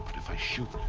but if i shoot.